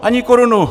Ani korunu!